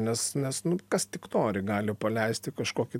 nes nes nu kas tik nori gali paleisti kažkokį